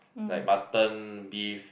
like mutton beef